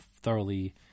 thoroughly